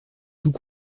tout